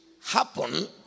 happen